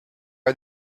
are